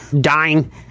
dying